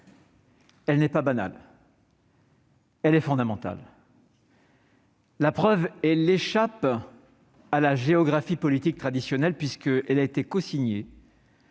n'est pas banale et elle est fondamentale ; la preuve : elle échappe à la géographie politique traditionnelle, puisqu'elle a été cosignée